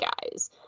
guys